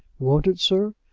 won't it, sir?